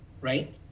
right